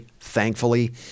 thankfully